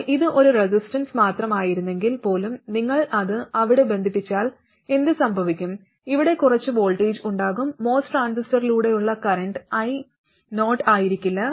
എന്നാൽ ഇത് ഒരു റെസിസ്റ്റൻസ് മാത്രമായിരുന്നെങ്കിൽ പോലും നിങ്ങൾ അത് അവിടെ ബന്ധിപ്പിച്ചാൽ എന്തുസംഭവിക്കും ഇവിടെ കുറച്ച് വോൾട്ടേജ് ഉണ്ടാകുംMOS ട്രാൻസിസ്റ്ററിലൂടെയുള്ള കറന്റ് I0 ആയിരിക്കില്ല